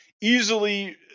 easily